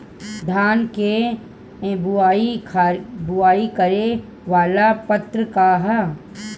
धान के बुवाई करे वाला यत्र का ह?